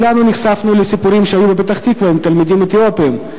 כולנו נחשפנו לסיפורים שהיו בפתח-תקווה עם תלמידים אתיופים,